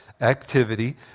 activity